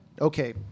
okay